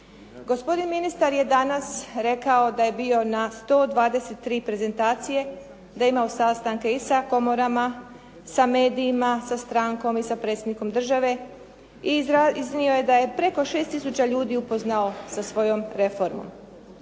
Gospodin ministar je danas rekao da je bio na 123 prezentacije, da je imao sastanke i sa komorama, sa medijima, sa strankom i sa Predsjednikom države i iznio je da je preko 6 tisuća ljudi upoznao sa svojom reformom.